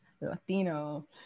Latino